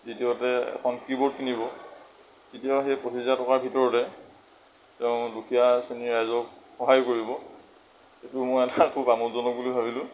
দ্বিতীয়তে এখন কী বৰ্ড কিনিব কেতিয়াও সেই পঁচিছ হেজাৰ টকাৰ ভিতৰতে তেওঁ দুখীয়া শ্ৰেণীৰ ৰাইজক তেওঁ সহায়ো কৰিব এইটো মই এটা খুব আমোদজনক বুলি ভাবিলোঁ